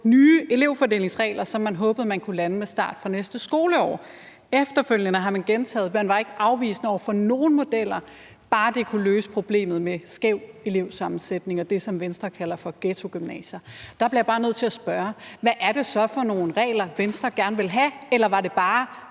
nye elevfordelingsregler, som man håbede man kunne lande med start fra næste skoleår. Efterfølgende har man gentaget, at man ikke var afvisende over for nogen model, bare den kunne løse problemet med skæv elevsammensætning og det, som Venstre kalder for ghettogymnasier. Der bliver jeg bare nødt til at spørge: Hvad er det så for nogle regler, Venstre gerne vil have? Eller var det bare